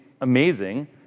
amazing